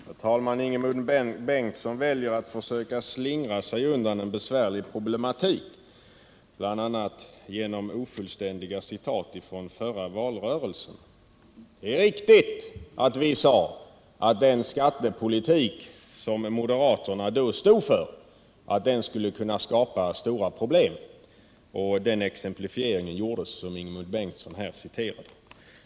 Herr talman! Ingemund Bengtsson väljer att försöka slingra sig undan en besvärlig problematik, bl.a. genom ofullständiga citat från förra valrörelsen. Det är riktigt att vi sade att den skattepolitik som moderaterna då stod för skulle kunna skapa stora problem, och den exemplifieringen gjordes som Ingemund Bengtsson här citerade.